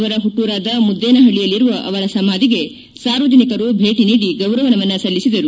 ಅವರ ಹುಟ್ಲೂರಾದ ಮುದ್ದೇನಪಳ್ಯಯಲ್ಲಿರುವ ಅವರ ಸಮಾಧಿಗೆ ಸಾರ್ವಜನಿಕರು ಭೇಟಿ ನೀಡಿ ಗೌರವ ನಮನ ಸಲ್ಲಿಸಿದರು